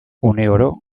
uneoro